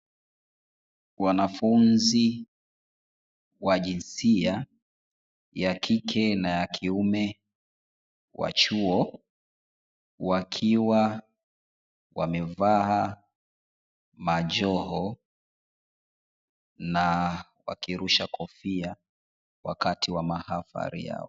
Wanafunzi wa jinsia ya kike na ya kiume wa chuo, wakiwa wamevaa majoho na wakirusha kofia wakati wa mahafali yao.